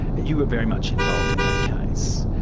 you were very much involved in that case,